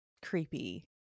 Creepy